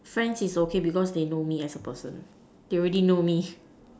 friends is okay because they know me as a person they already know me